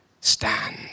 stand